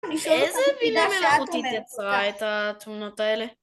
איזה בינה מלאכותית יצאה את התמונות האלה?